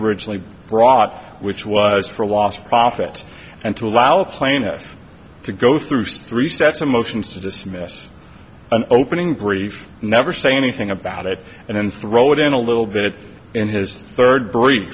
originally brought which was for lost profits and to allow plaintiffs to go through story sets of motions to dismiss an opening brief never say anything about it and then throw it in a little bit in his third br